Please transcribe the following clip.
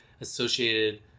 associated